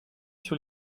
sur